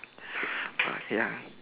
ya